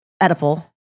edible